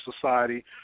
society